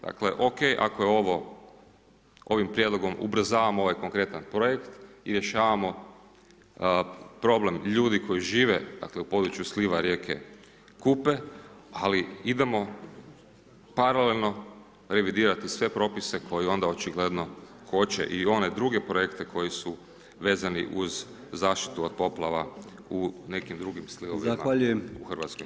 Dakle, OK ako je ovo, ovim prijedlogom ubrzavamo ovaj konkretan projekt i rješavamo problem ljudi koji žive dakle u području sliva rijeke Kupe, ali idemo paralelno revidirati sve propise koji onda očigledno koče i one druge projekte koji su vezani uz zaštiti od poplava u nekim drugim slivovima [[Upadica: Zahvaljujem.]] u Hrvatskoj.